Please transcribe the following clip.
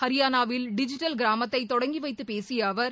ஹரியானாவில் டிஜிட்டல் கிராமத்தை தொடங்கி வைத்து பேசியவர்